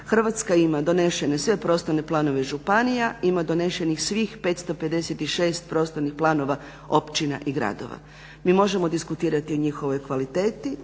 Hrvatska ima donešene sve prostorne planove županija, ima donešenih svih 556 prostornih planova općina i gradova. Mi možemo diskutirati o njihovoj kvaliteti,